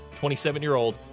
27-year-old